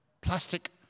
plastic